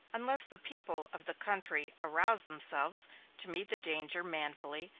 unless the people of the country aroused themselves to meet the danger manfully,